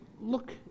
look